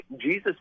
Jesus